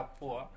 poor